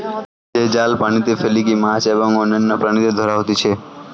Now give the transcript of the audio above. যে জাল পানিতে ফেলিকি মাছ এবং অন্যান্য প্রাণীদের ধরা হতিছে